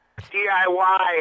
DIY